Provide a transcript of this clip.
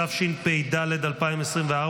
התשפ"ד 2024,